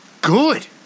good